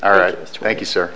all right thank you sir